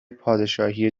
پادشاهی